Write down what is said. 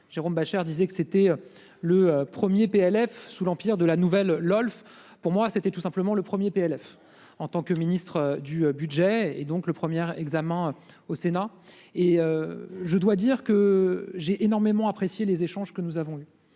Jérôme Bascher disait que c'était le 1er PLF sous l'empire de la nouvelle Lolfe pour moi, c'était tout simplement le 1er PLF en tant que ministre du Budget et donc le premier examen au Sénat et. Je dois dire que j'ai énormément apprécié les échanges que nous avons eu,